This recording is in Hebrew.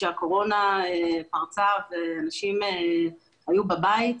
שהקורונה פרצה ואנשים היו בבית,